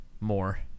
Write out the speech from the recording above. more